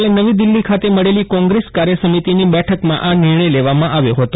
ગઇકાલે નવી દિલ્હી ખાતે મળેલી ક્રોંગ્રેસ કાર્ય સમિતિની બેઠકમાં આ નિર્ણય લેવામાં આવ્યો હતો